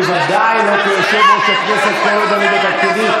ודאי לא כיושב-ראש הכנסת, כל עוד אני בתפקידי.